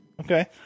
Okay